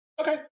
Okay